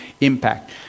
impact